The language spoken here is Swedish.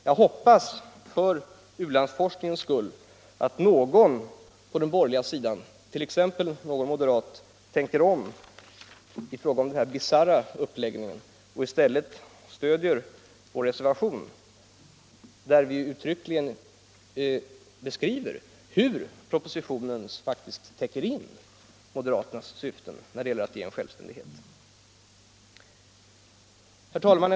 Jag hoppas för u-landsforskningens skull att någon på den borgerliga sidan, t.ex. någon moderat, tänker om i fråga om den här bisarra uppläggningen och i stället stödjer vår reservation, där vi uttryckligen beskriver hur propositionen faktiskt täcker in moderaternas syften när det gäller att ge självständighet. Herr talman!